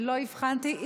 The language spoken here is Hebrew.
לא הבחנתי.